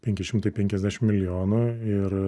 penki šimtai penkiasdešim milijonų ir